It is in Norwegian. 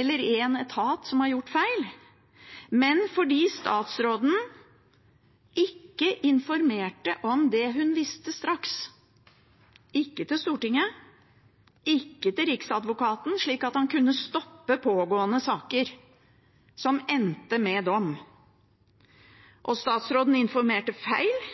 eller én etat som har gjort feil, men fordi statsråden ikke informerte om det hun visste, straks – ikke til Stortinget, ikke til Riksadvokaten – slik at en kunne ha stoppet pågående saker som endte med dom. Og statsråden informerte Stortinget feil